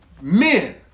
Men